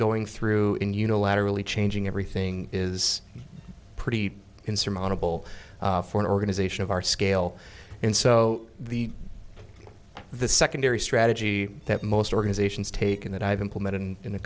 going through in unilaterally changing everything is pretty insurmountable for an organization of our scale and so the the secondary strategy that most organizations take in that i've implemented in